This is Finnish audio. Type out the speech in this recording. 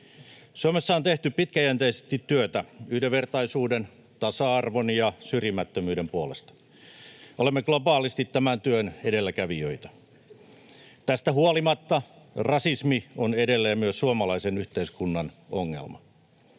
Suomessa on tehty pitkäjänteisesti työtä yhdenvertaisuuden, tasa-arvon ja syrjimättömyyden puolesta. Olemme globaalisti tämän työn edelläkävijöitä. Tästä huolimatta rasismi on edelleen myös suomalaisen yhteiskunnan ongelma.